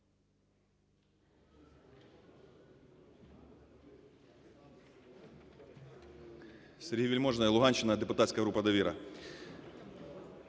Сергій Вельможний, Луганщина, депутатська група "Довіра".